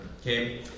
Okay